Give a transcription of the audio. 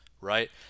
right